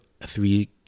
three